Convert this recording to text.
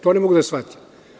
To ne mogu da shvatim.